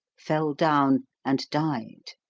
fell down, and died.